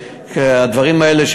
הדברים האלה,